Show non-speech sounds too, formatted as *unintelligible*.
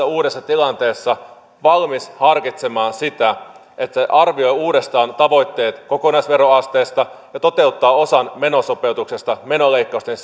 *unintelligible* uudessa tilanteessa valmis harkitsemaan sitä että se arvioi uudestaan tavoitteet kokonaisveroasteesta ja toteuttaa osan menosopeutuksesta menoleikkausten *unintelligible*